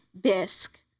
bisque